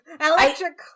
Electric